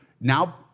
now